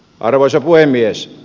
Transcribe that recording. arvoisa puhemies